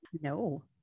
No